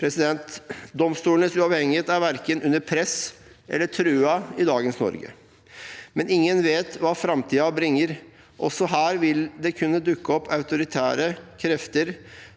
press. Domstolenes uavhengighet er verken under press eller truet i dagens Norge, men ingen vet hva framtiden bringer. Også her vil det kunne dukke opp autoritære krefter